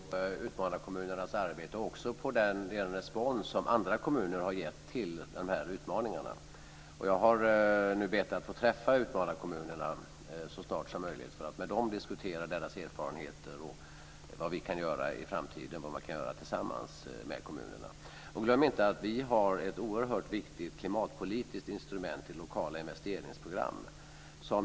Fru talman! Jag ser också väldigt positivt på utmanarkommunernas arbete, och också på den respons som andra kommuner har gett på de här utmaningarna. Jag har bett att få träffa utmanarkommunerna så snart som möjligt för att med dem diskutera deras erfarenheter och vad vi kan göra i framtiden tillsammans med kommunerna. Glöm heller inte att vi har ett oerhört viktigt klimatpolitiskt instrument i lokala investeringsprogram.